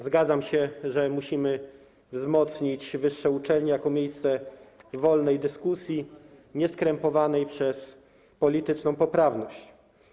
Zgadzam się, że musimy wzmocnić wyższe uczelnie jako miejsce wolnej dyskusji, nieskrępowanej przez polityczną poprawność.